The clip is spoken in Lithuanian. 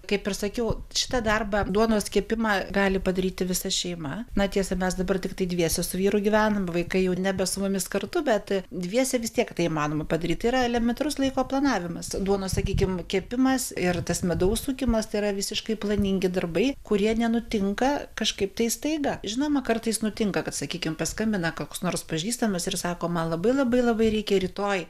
kaip ir sakiau šitą darbą duonos kepimą gali padaryti visa šeima na tiesa mes dabar tiktai dviese su vyru gyvenam vaikai jau nebe su mumis kartu bet dviese vis tiek tai įmanoma padaryt tai yra elementarus laiko planavimas duonos sakykim kepimas ir tas medaus sukimas tai yra visiškai planingi darbai kurie nenutinka kažkaip tai staiga žinoma kartais nutinka kad sakykim paskambina koks nors pažįstamas ir sako man labai labai labai reikia rytoj